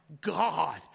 God